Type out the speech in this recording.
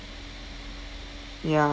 ya